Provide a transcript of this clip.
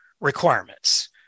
requirements